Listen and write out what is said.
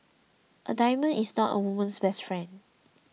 a diamond is not a woman's best friend